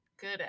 good